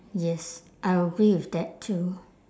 yes I agree with that too